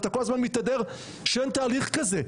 אתה כל הזמן מתהדר בכך שאין תהליך כזה.